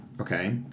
Okay